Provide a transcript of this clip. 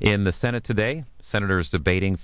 in the senate today senators debating